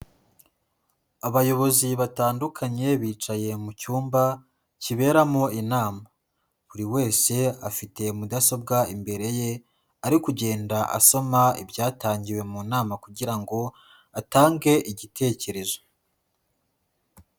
Abayobozi batandukanye bicaye mu cyumba kiberamo inama, buri wese afite mudasobwa imbere ye ari kugenda asoma ibyatangiwe mu nama kugira ngo atange igitekerezo.